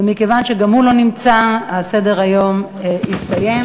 ומכיוון שגם הוא לא נמצא אז סדר-היום הסתיים.